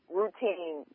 routine